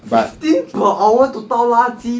fifteen per hour to 倒垃圾